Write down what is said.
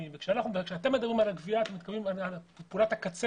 כשאתם מדברים על הגבייה אתם מתכוונים לפעולת הקצה